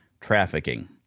trafficking